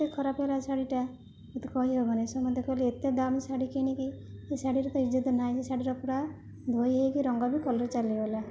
ଏତେ ଖରାପ ହେଲା ଶାଢ଼ୀଟା କହିହବନି ସମସ୍ତେ କହିଲେ ଏତେ ଦାମ୍ ଶାଢ଼ୀ କିଣିକି ସେ ଶାଢ଼ୀର ତ ଇଜ୍ଜତ ନାହିଁ ସେ ଶାଢ଼ୀର ପୁରା ଧୋଇହେଇକି ରଙ୍ଗ ବି କଲର ଚାଲିଗଲା